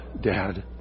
Dad